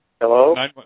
Hello